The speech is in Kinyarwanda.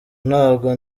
ntabwo